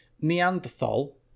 Neanderthal